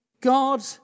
God